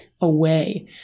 away